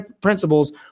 principles